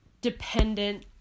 dependent